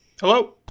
Hello